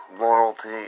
loyalty